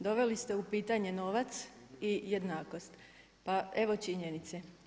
Doveli ste u pitanje novac i jednakost, pa evo činjenice.